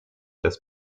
des